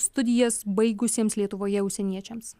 studijas baigusiems lietuvoje užsieniečiams